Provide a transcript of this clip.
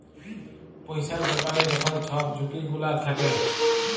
পইসার ব্যাপারে যখল ছব ঝুঁকি গুলা থ্যাকে